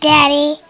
Daddy